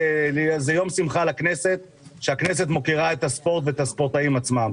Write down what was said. זה יום שמחה לכנסת שהכנסת מוקירה את הספורט ואת הספורטאים עצמם.